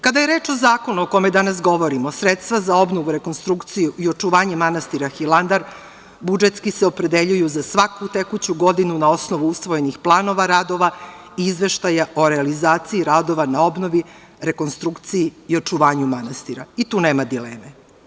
Kada je reč o zakonu o kome danas govorimo, sredstva za obnovu, rekonstrukciju i očuvanje manastira Hilandar budžetski se opredeljuju za svaku tekuću godinu na osnovu usvojenih planova radova i izveštaja o realizaciji radova na obnovi, rekonstrukciji i očuvanju manastira, i tu nema dileme.